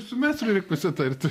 su meistru reik pasitarti